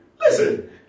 Listen